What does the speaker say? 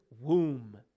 womb